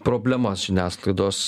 problemas žiniasklaidos